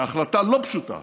להחלטה לא פשוטה